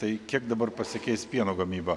tai kiek dabar pasikeis pieno gamyba